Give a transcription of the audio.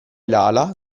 lala